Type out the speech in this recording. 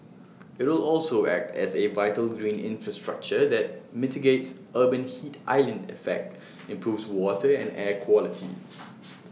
IT will also act as A vital green infrastructure that mitigates urban heat island effect improves water and air quality